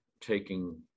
taking